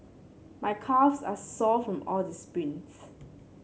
my calves are sore from all the sprints